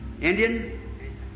Indian